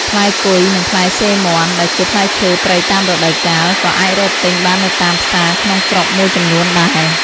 ផ្លែគុយ និងផ្លែសិរមាន់ ដែលជាផ្លែឈើព្រៃតាមរដូវកាល ក៏អាចរកទិញបាននៅតាមផ្សារក្នុងស្រុកមួយចំនួនដែរ។